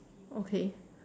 okay